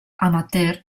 amateur